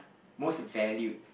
most in value